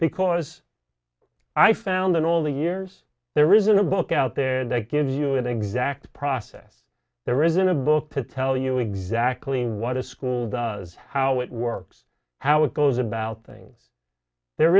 because i found in all the years there isn't a book out there that gives you an exact process there isn't a book to tell you exactly what a school does how it works how it goes about things there